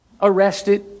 arrested